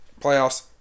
playoffs